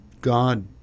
God